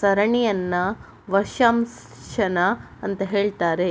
ಸರಣಿಯನ್ನ ವರ್ಷಾಶನ ಅಂತ ಹೇಳ್ತಾರೆ